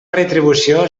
retribució